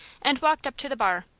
and walked up to the bar.